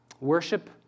Worship